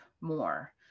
more